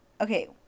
okay